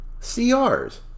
CRs